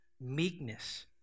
meekness